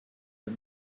and